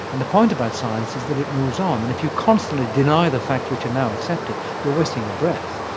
and the point about science is that it moves on, and if you constantly deny the facts which are now accepted you're wasting your breath,